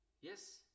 yes